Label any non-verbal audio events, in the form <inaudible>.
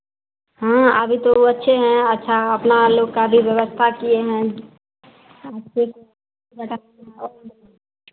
हाँ अभी तो अच्छे हैं अच्छा अपना लोग का भी व्यवस्था किए हैं आपसे के <unintelligible> लोग